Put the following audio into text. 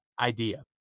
idea